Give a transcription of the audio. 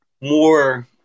more